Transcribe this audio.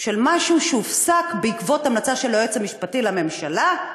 של משהו שהופסק בעקבות המלצה של היועץ המשפטי לממשלה.